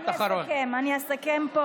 אבתיסאם מלינה.